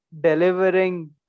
delivering